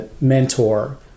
mentor